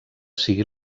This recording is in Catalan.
sigui